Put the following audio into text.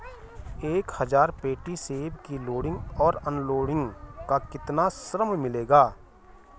एक हज़ार पेटी सेब की लोडिंग और अनलोडिंग का कितना श्रम मिलेगा?